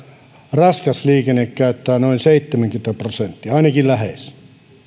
raskas liikenne käyttää noin seitsemänkymmentä prosenttia ainakin lähes ja kolmekymmentä